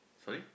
sorry